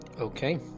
okay